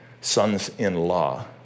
sons-in-law